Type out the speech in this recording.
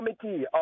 committee